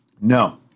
No